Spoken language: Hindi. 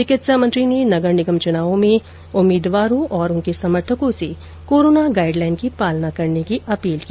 चिकित्सा मंत्री ने नगर निगम चुनावों मे उम्मीदवारों और उनके समर्थकों से कोरोना गाइडलाइन की पालना करने की अपील की